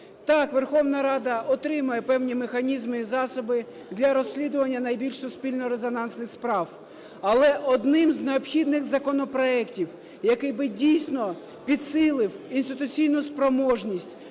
Так, Верховна Рада отримає певні механізми і засоби для розслідування найбільш суспільно резонансних справ, але одним з необхідним законопроектів, який би дійсно підсилив інституційну спроможність